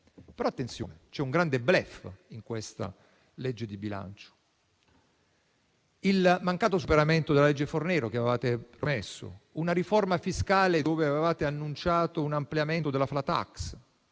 Attenzione, però: c'è un grande *bluff* in questa legge di bilancio, con il mancato superamento della legge Fornero, che avevate promesso; una riforma fiscale in cui avevate annunciato un ampliamento della *flat tax*,